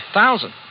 thousand